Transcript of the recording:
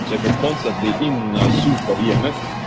if you're constantly in a soup of yeah emf,